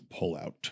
pullout